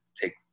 take